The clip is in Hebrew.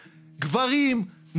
גברים,